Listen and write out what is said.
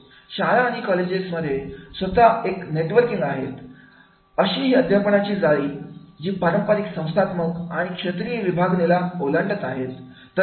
शाळा आणि कॉलेजेस स्वतः एका नेटवर्कमध्ये आहेत अशीही अध्यापणाची जाळी जी पारंपरिक संस्थात्मक आणि क्षेत्रीय विभागणीला ओलांडत आहे